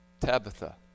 Tabitha